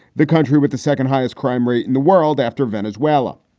the country with the second highest crime rate in the world after venezuela.